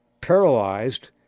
Paralyzed